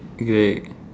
okay